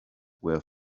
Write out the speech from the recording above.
were